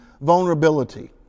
vulnerability